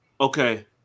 Okay